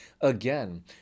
again